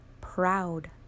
proud